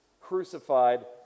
crucified